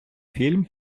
фільм